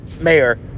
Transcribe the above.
mayor